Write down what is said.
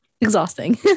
Exhausting